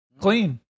clean